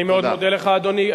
אני מאוד מודה לך, אדוני.